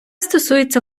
стосується